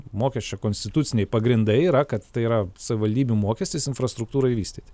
mokesčio konstituciniai pagrindai yra kad tai yra savivaldybių mokestis infrastruktūrai vystyti